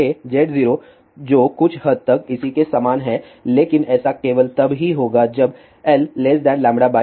j Z0 जो कुछ हद तक इसी के समान है लेकिन ऐसा केवल तब ही होगा जब L λ4